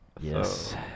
Yes